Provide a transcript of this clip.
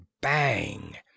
Bang